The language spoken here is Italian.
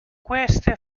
queste